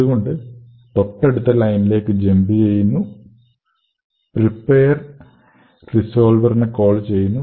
അതുകൊണ്ട് തൊട്ടടുത്ത ലൈനിലേക് ജമ്പ് ചെയ്യുന്നു പ്രിപ്പെയർ റിസോൾവെറിനെ കോൾ ചെയ്യുന്നു